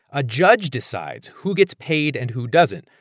a judge decides who gets paid and who doesn't.